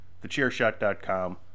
TheChairShot.com